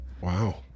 Wow